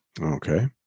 okay